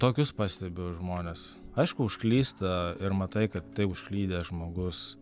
tokius pastebiu žmones aišku užklysta ir matai kad tai užklydęs žmogus